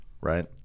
Right